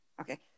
Okay